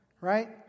Right